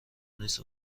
نیست